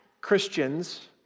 Christians